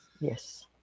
Yes